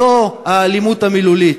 זו האלימות המילולית.